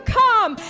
come